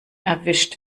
erwischt